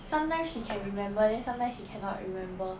sometimes she can remember then sometimes she cannot remember